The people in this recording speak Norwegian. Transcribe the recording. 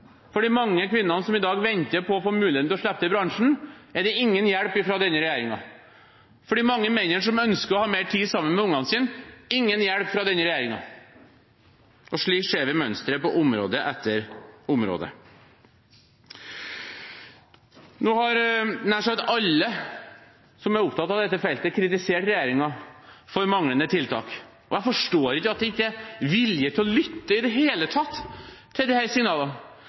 For de mange kvinner som i dag venter på å få muligheten til å slippe til i filmbransjen, er det ingen hjelp å få fra denne regjeringen. For de mange mennene som ønsker å ha mer tid sammen med ungene sine, er det ingen hjelp å få fra denne regjeringen. Slik ser vi mønsteret på område etter område. Nå har nær sagt alle som er opptatt av dette feltet, kritisert regjeringen for manglende tiltak, og jeg forstår ikke at det ikke i det hele tatt er vilje til å lytte